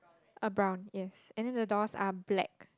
are brown yes and then the doors are black